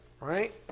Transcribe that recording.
right